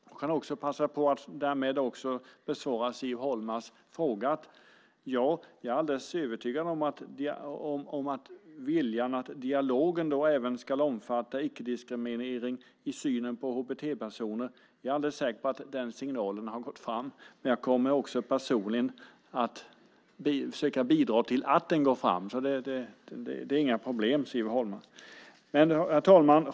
Jag kan också passa på att därmed besvara Siv Holmas fråga: Ja, jag är alldeles övertygad om att signalen har gått fram om viljan att dialogen även ska omfatta icke-diskriminering i synen på HBT-personer. Men jag kommer också personligen att försöka bidra till att den går fram. Det är inga problem, Siv Holma. Herr talman!